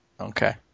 Okay